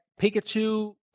Pikachu